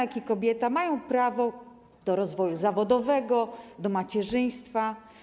jak i kobieta mają prawo do rozwoju zawodowego, do macierzyństwa.